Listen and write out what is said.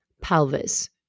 pelvis